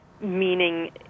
meaning